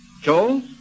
Joel